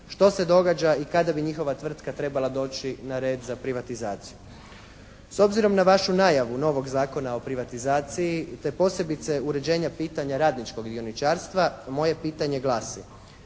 što se događa i kada bi njihova tvrtka trebala doći na red za privatizaciju. S obzirom na vašu najavu novog Zakona o privatizaciji, te posebice uređenja pitanja radničkog dioničarstva moje pitanje glasi